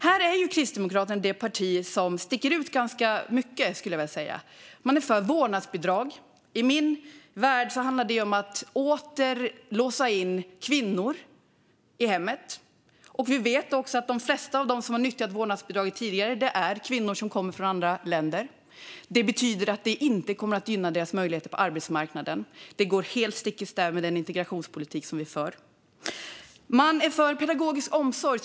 Här är Kristdemokraterna det parti som sticker ut ganska mycket, skulle jag vilja säga. Man är för vårdnadsbidrag - i min värld handlar detta om att åter låsa in kvinnor i hemmet. Vi vet också att de flesta av dem som har nyttjat vårdnadsbidraget tidigare är kvinnor som kommer från andra länder. Detta kommer inte att gynna deras möjligheter på arbetsmarknaden. Det går helt stick i stäv med den integrationspolitik som vi för. Kristdemokraterna är för pedagogisk omsorg.